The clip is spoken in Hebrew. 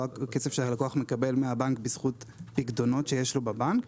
לא על כסף שהלקוח מקבל מהבנק בזכות פיקדונות שיש לו בבנק.